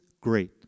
great